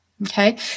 Okay